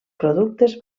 productes